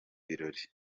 birori